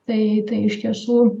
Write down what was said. tai tai iš tiesų